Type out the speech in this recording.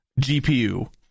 GPU